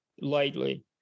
lightly